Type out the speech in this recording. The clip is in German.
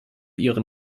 ihren